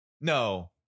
No